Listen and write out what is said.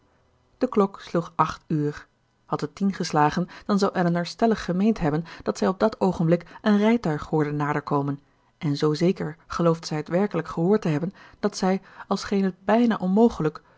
de klok sloeg acht uur had het tien geslagen dan zou elinor stellig gemeend hebben dat zij op dat oogenblik een rijtuig hoorde naderkomen en zo zeker geloofde zij het werkelijk gehoord te hebben dat zij al scheen het bijna onmogelijk